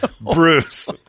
Bruce